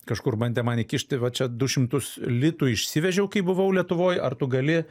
kažkur bandė man įkišti va čia du šimtus litų išsivežiau kai buvau lietuvoj ar tu gali